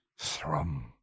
Thrum